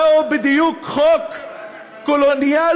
זהו בדיוק חוק קולוניאלי,